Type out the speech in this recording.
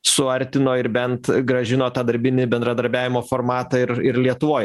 suartino ir bent grąžino tą darbinį bendradarbiavimo formatą ir ir lietuvoj